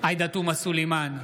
עאידה תומא סלימאן,